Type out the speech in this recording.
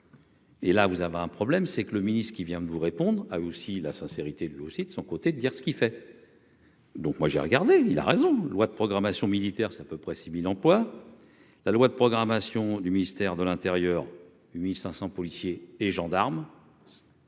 Et là, vous avez un problème, c'est que le ministre-qui vient de vous répondre, a aussi la sincérité de aussi de son côté, de dire ce qu'il fait. Donc moi j'ai regardé, il a raison, loi de programmation militaire, c'est à peu près 6000 emplois, la loi de programmation du ministère de l'Intérieur 8500 policiers et gendarmes.